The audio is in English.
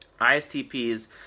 ISTPs